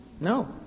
No